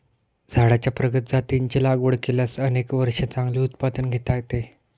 झाडांच्या प्रगत जातींची लागवड केल्यास अनेक वर्षे चांगले उत्पादन घेता येते